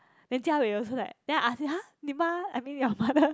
then jia wei also like then I ask him !huh! 你妈 I mean your mother